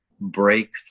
break